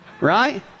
right